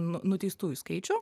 nu nuteistųjų skaičių